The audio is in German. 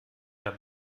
der